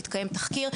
התקיים תחקיר.